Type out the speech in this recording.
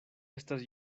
estas